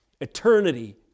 Eternity